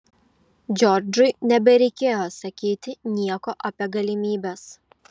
džordžui nebereikėjo sakyti nieko apie galimybes